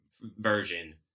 version